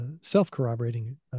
self-corroborating